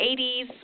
80s